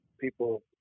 people